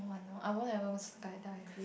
no I will never go sky dive